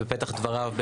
בפתח דבריו,